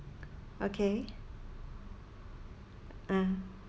okay ah